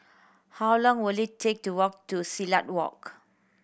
how long will it take to walk to Silat Walk